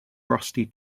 rusty